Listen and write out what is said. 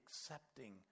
accepting